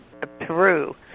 Peru